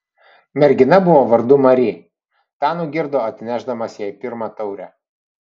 mergina buvo vardu mari tą nugirdo atnešdamas jai pirmą taurę